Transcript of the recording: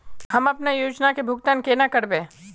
हम अपना योजना के भुगतान केना करबे?